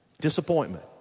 disappointment